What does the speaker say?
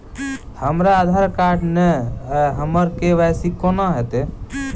हमरा आधार कार्ड नै अई हम्मर के.वाई.सी कोना हैत?